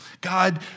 God